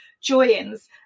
joins